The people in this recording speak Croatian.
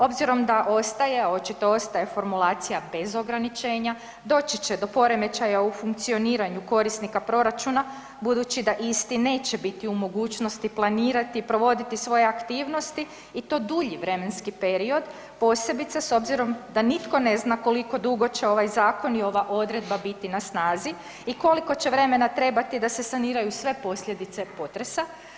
Obzirom da ostaje a očito ostaje formulacija bez ograničenja, doći će do poremećaja u funkcioniranju korisnika proračuna budući da isti neće biti u mogućnosti planirati i provoditi svoje aktivnosti i to dulji vremenski period posebice s obzirom da nitko ne zna koliko će ovaj zakon i ova odredba biti na snazi i koliko će vremena trebati da se saniraju sve posljedice potresa.